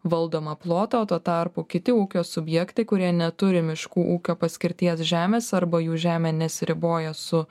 valdomą plotą o tuo tarpu kiti ūkio subjektai kurie neturi miškų ūkio paskirties žemės arba jų žemė nesiriboja su